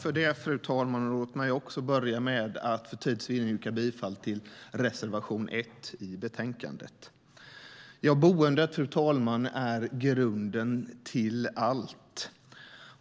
Fru talman! Jag vill också börja med att för tids vinnande yrka bifall till reservation 1 i betänkandet. Boendet är grunden till allt.